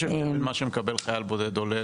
יש הבדל בין מה שמקבל חייל בודד עולה